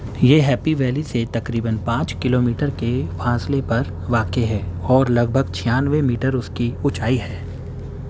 یہ happy valley سے تقریباً پانچ کلو میٹر کے فاصلے پر واقع ہے اور لگ بھگ چھیانوے میٹر اس کی اونچائی ہے